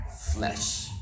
flesh